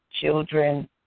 children